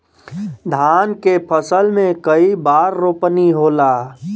धान के फसल मे कई बार रोपनी होला?